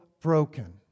broken